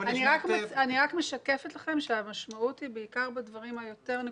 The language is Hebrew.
אני רק משקפת לכם שהמשמעות היא בעיקר בדברים היותר נקודתיים.